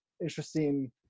interesting